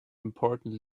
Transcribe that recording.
important